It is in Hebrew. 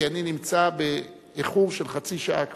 כי אני נמצא באיחור של חצי שעה כבר.